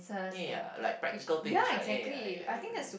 eh like practical things right eh ya I I agree